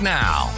now